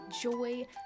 joy